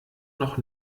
noch